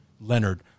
Leonard